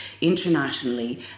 internationally